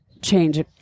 change